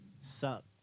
Suck